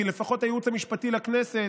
כי לפחות הייעוץ המשפטי לכנסת,